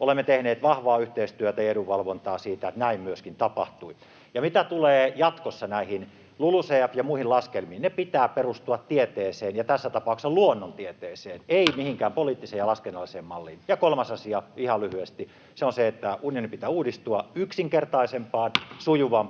olemme tehneet vahvaa yhteistyötä ja edunvalvontaa siitä, että näin myöskin tapahtui. Ja mitä tulee jatkossa näihin LULUCF- ja muihin laskelmiin, niiden pitää perustua tieteeseen ja tässä tapauksessa luonnontieteeseen, ei mihinkään poliittiseen ja laskennalliseen malliin. Ja kolmas asia, ihan lyhyesti, on se, että unionin pitää uudistua yksinkertaisempaan,